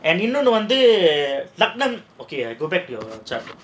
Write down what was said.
and you know இன்னொன்னு வந்து லக்கினம்:innonnu vandhu lakkinam okay go back to the chapter